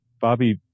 Bobby